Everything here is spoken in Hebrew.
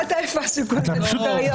העבודה בוועדת הבחירות בתקופת הבחירות,